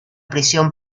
prisión